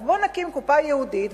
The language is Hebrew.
אז בואו נקים קופה ייעודית,